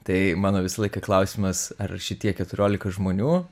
tai mano visą laiką klausimas ar šitie keturiolika žmonių